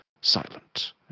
silent